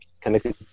connected